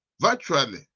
virtually